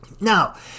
Now